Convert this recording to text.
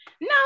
No